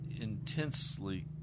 intensely